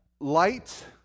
light